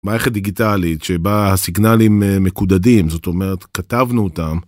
מערכת דיגיטלית שבה הסיגנלים מקודדים, זאת אומרת כתבנו אותם.